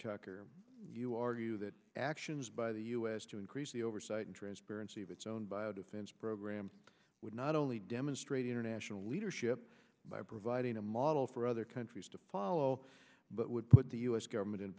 tucker you argue that actions by the us to increase the oversight and transparency of its own bio defense programs would not only demonstrate international leadership by providing a model for other countries to follow but would put the u s government in